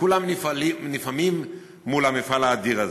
וכולם נפעמים מול המפעל האדיר הזה.